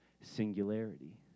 singularity